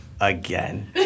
again